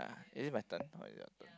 is it my turn or is it your turn